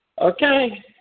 Okay